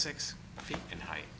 six feet in height